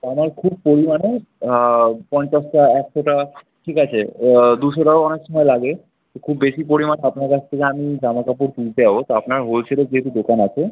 তো আমার খুব পরিমাণে পঞ্চাশটা একশোটা ঠিক আছে দুশোটাও অনেক সমায় লাগে তো খুব বেশি পরিমাণ আপনার কাছ থেকে আমি জামা কাপড় কিনতে যাবো তো আপনার হোলসেলের যেহেতু দোকান আছে